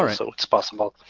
ah so it's possible.